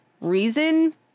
reason